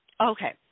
Okay